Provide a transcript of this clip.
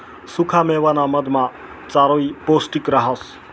सुखा मेवाना मधमा चारोयी पौष्टिक रहास